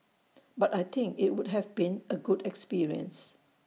but I think IT would have been A good experience